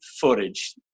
footage